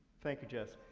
thank you, jess.